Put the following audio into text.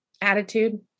attitude